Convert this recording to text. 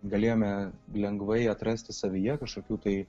galėjome lengvai atrasti savyje kažkokių tai